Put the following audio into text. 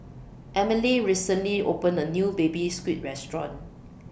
Emelie recently opened A New Baby Squid Restaurant